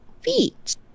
feet